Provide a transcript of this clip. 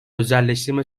özelleştirme